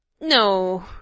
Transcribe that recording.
no